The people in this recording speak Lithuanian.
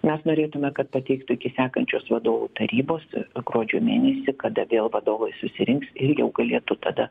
mes norėtume kad pateiktų iki sekančios vadovų tarybos gruodžio mėnesį kada vėl vadovai susirinks ir jau galėtų tada